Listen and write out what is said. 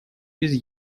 без